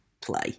play